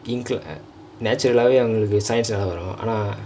natural வந்து:vanthu science வரும் ஆனா:varum aanaa